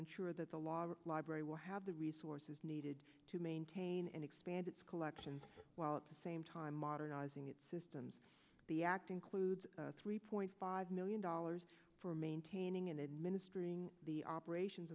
ensure that the law library will have the resources needed to maintain and expand its collection while at the same time modernizing its systems the act includes three point five million dollars for maintaining and administering the operations